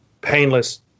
painless